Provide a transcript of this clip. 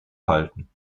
halten